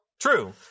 True